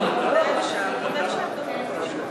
כנראה הצביעו.